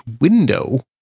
window